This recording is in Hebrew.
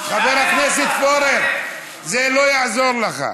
חבר הכנסת פורר, זה לא יעזור לך.